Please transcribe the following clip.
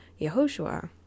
Yehoshua